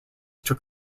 took